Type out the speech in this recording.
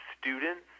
students